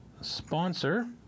sponsor